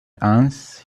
once